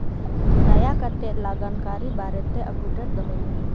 ᱫᱟᱭᱟ ᱠᱟᱛᱮᱫ ᱞᱟᱜᱟᱱ ᱠᱟᱹᱨᱤ ᱵᱟᱨᱮᱛᱮ ᱟᱯᱴᱩ ᱰᱮᱴ ᱫᱚᱦᱚᱭ ᱢᱮ